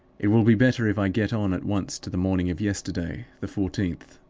it will be better if i get on at once to the morning of yesterday, the fourteenth.